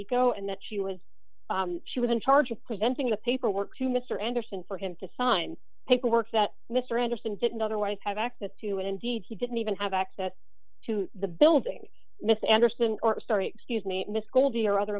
the co and that she was she was in charge of presenting the paperwork to mr anderson for him to sign paperwork that mr anderson didn't otherwise have access to and indeed he didn't even have access to the building mr anderson or story excuse me miss goldy or other